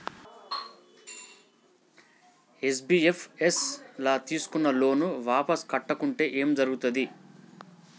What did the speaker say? NBFS ల తీస్కున్న loan వాపస్ కట్టకుంటే ఏం జర్గుతది?